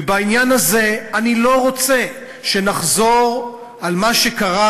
ובעניין הזה אני לא רוצה שנחזור על מה שקרה